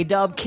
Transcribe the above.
Dub